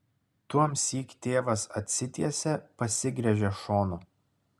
tuomsyk tėvas atsitiesia pasigręžia šonu